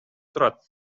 турат